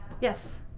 Yes